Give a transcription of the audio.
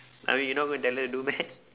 I mean you not gonna tell them do meh